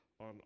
on